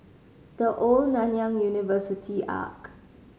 The Old Nanyang University Arch